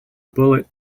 bullet